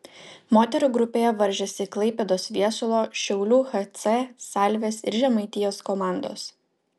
moterų grupėje varžėsi klaipėdos viesulo šiaulių hc salvės ir žemaitijos komandos